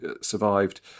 survived